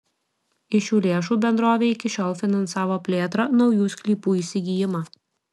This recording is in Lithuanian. iš šių lėšų bendrovė iki šiol finansavo plėtrą naujų sklypų įsigijimą